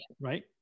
Right